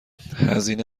هزینه